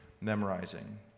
memorizing